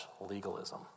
legalism